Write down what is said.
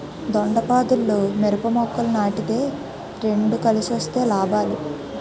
దొండపాదుల్లో మిరప మొక్కలు నాటితే రెండు కలిసొస్తే లాభాలు